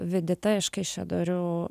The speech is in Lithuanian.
vidita iš kaišiadorių